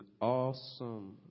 awesome